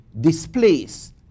displace